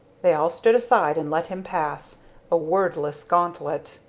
they all stood aside and let him pass a wordless gauntlet.